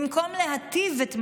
במקום להיטיב את מצבם,